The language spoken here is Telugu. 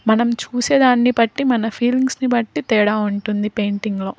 మనం చూసేదాన్ని బట్టి మన ఫీలింగ్స్ని బట్టి తేడా ఉంటుంది పెయింటింగ్లో